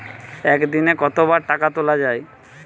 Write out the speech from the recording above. একদিনে কতবার টাকা তোলা য়ায়?